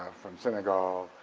from senegal,